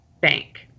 bank